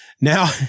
Now